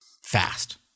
Fast